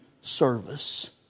service